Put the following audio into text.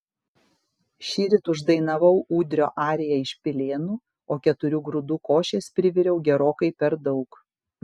šįryt uždainavau ūdrio ariją iš pilėnų o keturių grūdų košės priviriau gerokai per daug